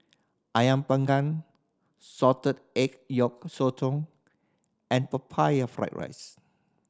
Ayam Panggang salted egg yolk sotong and Pineapple Fried rice